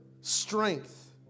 strength